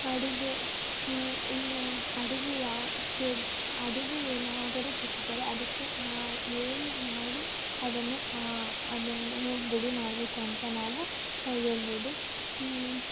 ಅಡುಗೆ ಇನ್ನು ಅಡುಗೆ ಯಾಕೆ ಅಡುಗೆ ಏನಾದರೂ ಕೆಟ್ಟಿದ್ದರೆ ಅದಕ್ಕೆ ಏನು ಮಾಡಿ ಅದನ್ನು ಅದನ್ನು ರೆಡಿ ಮಾಡಬೇಕು ಅಂತ ನಾವು ಹೇಳ್ಬೋದು